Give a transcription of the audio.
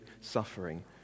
suffering